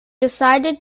decided